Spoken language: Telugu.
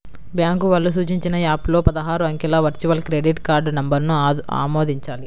బ్యాంకు వాళ్ళు సూచించిన యాప్ లో పదహారు అంకెల వర్చువల్ క్రెడిట్ కార్డ్ నంబర్ను ఆమోదించాలి